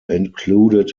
included